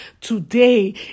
today